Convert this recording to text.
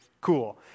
cool